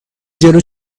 جلو